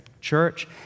church